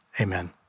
amen